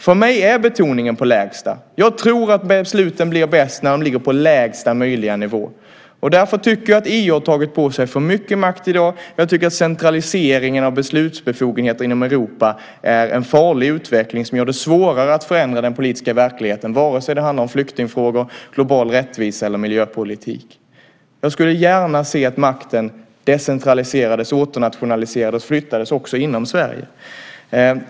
För mig är betoningen på det lägsta. Jag tror att besluten blir bäst när de ligger på lägsta möjliga nivå. Därför tycker jag att EU har tagit på sig för mycket makt i dag. Jag tycker att centraliseringen av beslutsbefogenheter inom Europa är en farlig utveckling som gör det svårare att förändra den politiska verkligheten, vare sig det handlar om flyktingfrågor, global rättvisa eller miljöpolitik. Jag skulle gärna se att makten decentraliserades, åternationaliserades, och flyttades också inom Sverige.